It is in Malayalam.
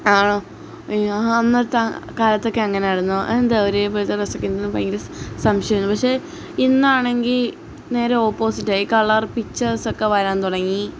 ആണോ ഞാന് അന്നത്തെ കാലത്തൊക്കെ അങ്ങനാരുന്നു അതെന്താ ഒരേപോലത്തെ ഡ്രസ്സൊക്കെയിടുന്നത് ഭയങ്കര സംശയമായിരുന്നു പക്ഷെ ഇന്നാണെങ്കില് നേരെ ഓപ്പോസിറ്റായി കളർ പിക്ചേഴ്സൊക്കെ വരാന് തുടങ്ങി